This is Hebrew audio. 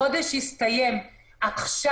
החודש הסתיים עכשיו,